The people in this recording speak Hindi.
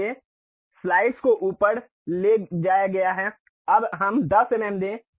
इसलिए स्लाइस को ऊपर ले जाया गया है अब हम 10 एम एम दें